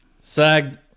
Sag